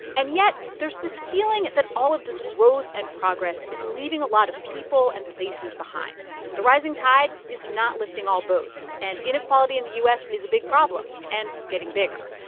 and yet, there's this feeling that all of this growth and progress is leaving a lot of people and places behind. the rising tide is not lifting all boats, and inequality in the u s. is a big problem and getting bigger.